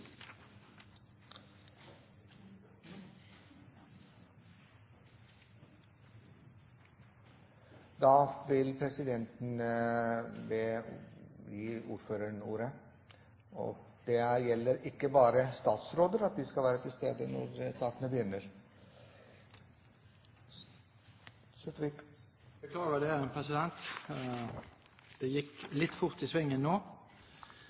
Da vil presidenten gi ordet til saksordføreren. Det gjelder ikke bare statsråder at man skal være til stede når sakene begynner. Jeg beklager det! Det gikk litt fort i svingene nå,